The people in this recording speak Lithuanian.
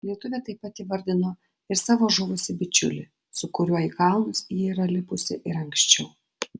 lietuvė taip pat įvardino ir savo žuvusį bičiulį su kuriuo į kalnus ji yra lipusi ir anksčiau